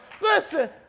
listen